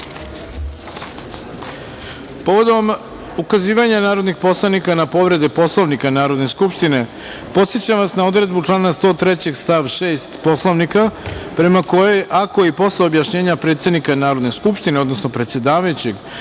ukazivanja narodnih poslanika na povrede Poslovnika Narodne skupštine, podsećam vas na odredbu člana 103. stav 6. Poslovnika, prema kojoj ako i posle objašnjenja predsednika Narodne skupštine, odnosno predsedavajućeg,